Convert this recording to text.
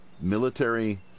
military